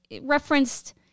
referenced